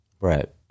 Right